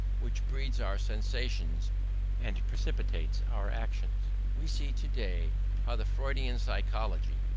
which breeds our sensations and precipitates our actions. we see today how the freudian psychology,